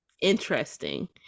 interesting